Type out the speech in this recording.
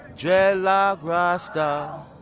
dreadlock rasta.